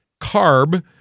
carb